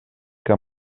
que